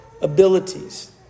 abilities